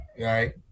right